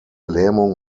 lähmung